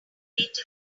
debated